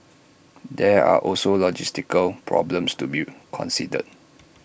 there are also logistical problems to be considered